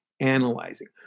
analyzing